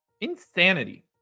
Insanity